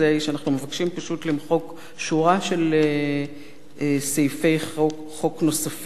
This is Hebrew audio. מבקשים פשוט למחוק שורה של סעיפי חוק נוספים על אלה